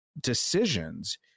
decisions